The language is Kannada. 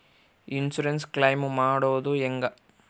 ಇನ್ಸುರೆನ್ಸ್ ಕ್ಲೈಮು ಮಾಡೋದು ಹೆಂಗ?